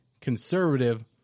Conservative